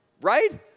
Right